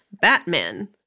Batman